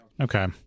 Okay